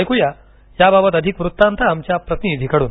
ऐक्या याबाबत अधिक वृत्तांत आमच्या प्रतिनिधीकडून